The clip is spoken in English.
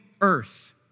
earth